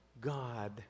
God